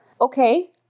okay